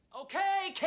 Okay